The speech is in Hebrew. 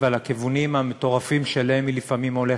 ועל הכיוונים המטורפים שאליהם היא לפעמים הולכת.